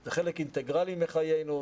זה חלק אינטגרלי מחיינו.